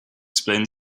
explain